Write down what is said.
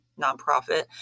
nonprofit